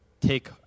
take